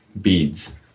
beads